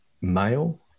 male